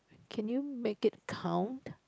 can you make it count